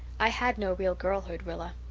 i had no real girlhood, rilla.